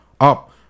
up